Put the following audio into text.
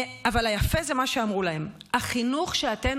אבל היפה זה מה שאמרו להן: החינוך שאתן